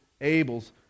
Abel's